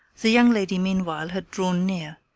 the young lady meanwhile had drawn near.